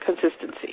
consistency